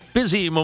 busy